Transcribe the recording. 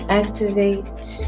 activate